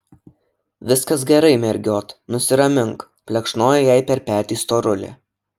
viskas gerai mergiot nusiramink plekšnojo jai per petį storulė